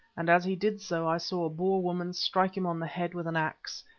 and as he did so i saw a boer woman strike him on the head with an axe.